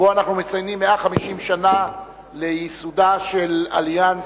שבו אנחנו מציינים 150 שנה לייסודה של "אליאנס,